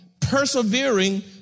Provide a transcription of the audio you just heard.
persevering